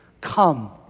come